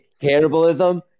cannibalism